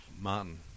Martin